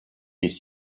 des